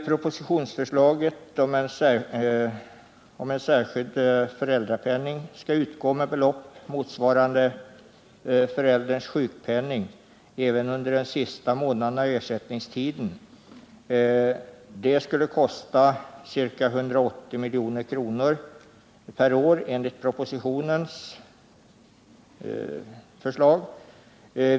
Propositionsförslaget om att särskild föräldrapenning skall utgå med belopp motsvarande förälderns sjukpenning även under den sista månaden av ersättningstiden skulle enligt propositionens beräkningar kosta ca 180 milj.kr. per år.